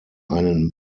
einen